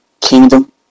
kingdom